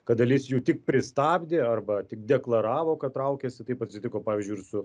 kad dalis jų tik pristabdė arba tik deklaravo kad traukiasi taip atsitiko pavyzdžiui ir su